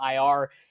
IR